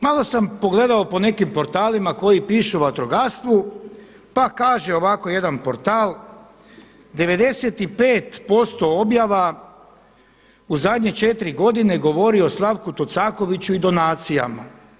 Malo sam pogledao po nekim portalima koji pišu o vatrogastvu pa kaže ovako jedan portal „95% objava u zadnje četiri godine govori o Slavku Tucakoviću i donacijama“